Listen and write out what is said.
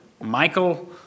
Michael